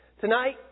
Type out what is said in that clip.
Tonight